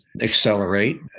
accelerate